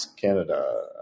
Canada